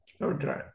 okay